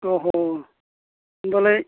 अह' होमबालाय